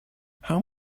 how